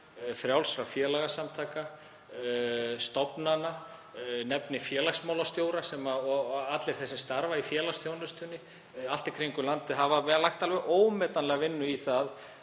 frjálsra félagasamtaka, stofnana. Ég nefni félagsmálastjóra og alla þá sem starfa í félagsþjónustunni hringinn í kringum landið sem hafa lagt alveg ómetanlega vinnu í